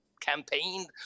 campaigned